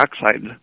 dioxide